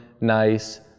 nice